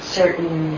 certain